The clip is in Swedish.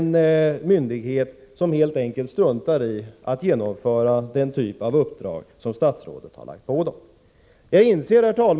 Och vad anser statsrådet om en myndighet som helt enkelt struntar i att genomföra den typ av uppdrag som statsrådet har gett den? Herr talman!